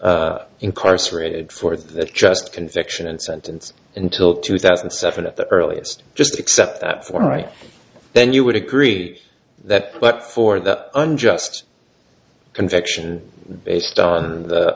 incarcerated for that just conviction and sentence until two thousand and seven at the earliest just accept that form right then you would agree that but for the unjust conviction based on the